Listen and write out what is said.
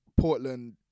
Portland